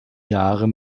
jahre